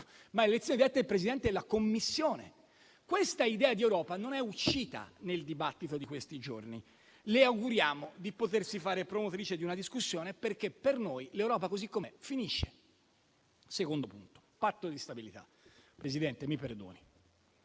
ma anche del Presidente della Commissione. Questa idea di Europa non è uscita nel dibattito degli ultimi giorni. Le auguriamo di potersi fare promotrice di una discussione perché per noi l'Europa, così com'è, finisce. Il secondo punto è il Patto di stabilità. Presidente - mi perdoni